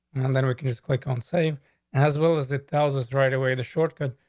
and then we can just click on save as well as it tells us right away to shortcut,